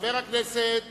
חבר הכנסת